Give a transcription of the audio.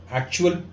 actual